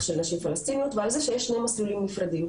של נשים פלשתינאיות ועל זה שיש שני מסלולים נפרדים.